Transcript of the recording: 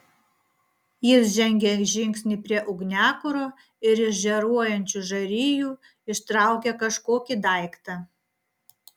jis žengė žingsnį prie ugniakuro ir iš žėruojančių žarijų ištraukė kažkokį daiktą